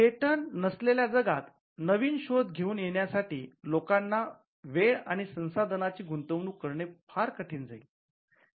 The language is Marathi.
पेटंट नसलेल्या जगात नवीन शोध घेऊन येण्यासाठी लोकांना वेळ आणि संसाधनांची गुंतवणूक करणे फार कठीण जाईल